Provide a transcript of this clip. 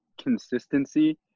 consistency